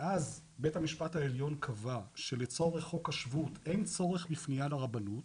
ואז בית המשפט העליון קבע שלצורך חוק השבות אין צורך בפניה לרבנות,